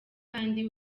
kandi